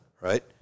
right